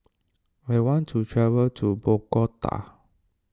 I want to travel to Bogota